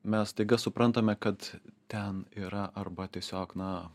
mes staiga suprantame kad ten yra arba tiesiog na